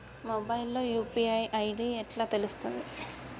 Mobile లో UPI ID ఎట్లా తెలుస్తది?